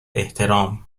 احترام